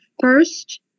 first